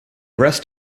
rest